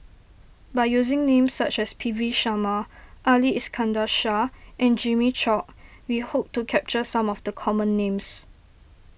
by using names such as P V Sharma Ali Iskandar Shah and Jimmy Chok we hope to capture some of the common names